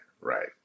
right